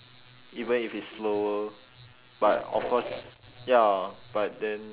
even if it's slower but of course ya but then